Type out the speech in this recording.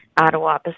Ottawa